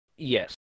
Yes